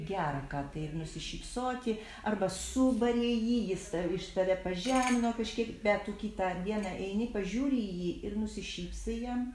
gera ką tai ir nusišypsoti arba subari jį jis ta iš tave pažemino kažkiek bet tu kitą dieną eini pažiūri į jį ir nusišypsai jam